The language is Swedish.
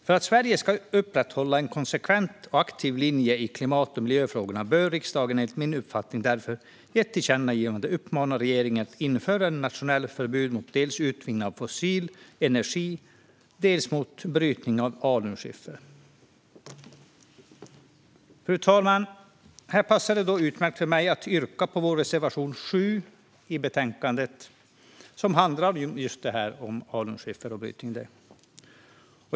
För att Sverige ska upprätthålla en konsekvent och aktiv linje i klimat och miljöfrågorna bör riksdagen enligt min uppfattning därför i ett tillkännagivande uppmana regeringen att införa ett nationellt förbud dels mot utvinning av fossil energi, dels mot brytning av alunskiffer. Fru talman! Här passar det då utmärkt för mig att yrka bifall till vår reservation 7 i betänkandet, som handlar om just alunskiffer och brytning.